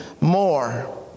more